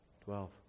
Twelve